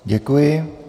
Děkuji.